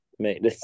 mate